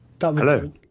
hello